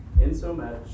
insomuch